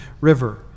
River